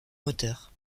moteurs